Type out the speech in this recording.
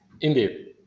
Indeed